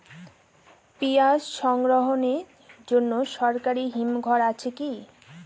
পিয়াজ সংরক্ষণের জন্য সরকারি হিমঘর আছে কি?